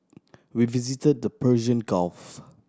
we visit the Persian Gulf